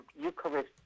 Eucharist